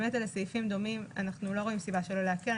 באמת אלה סעיפים דומים ואנחנו לא רואים סיבה שלא להקל.